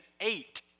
eight